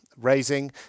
raising